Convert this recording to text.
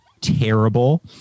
terrible